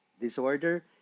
disorder